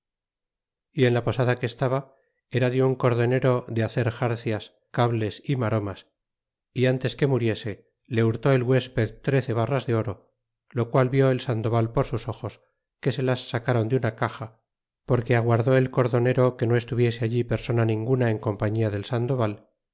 y en la posada que estaba era de un cordonero de hacer xarcias y cables y maromas y ntes que muriese le hurtó el huesped trece barras de oro lo qual vil el sandoval por sus ojos que se las sacron de una caxa porque aguardó el cordonero que no estuviese allí persona ninguna en compañía del sandoval